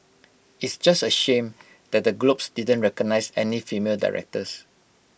it's just A shame that the Globes didn't recognise any female directors